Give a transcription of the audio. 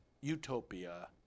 utopia